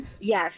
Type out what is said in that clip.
yes